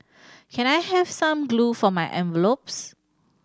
can I have some glue for my envelopes